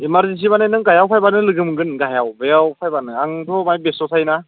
दा एमारजेन्सि माने नों गाहायाव फैबानो लोगो मोनगोन गाहायाव बेयाव फैबानो आंथ' बाहाय बेस्थ' थायो ना